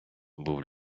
був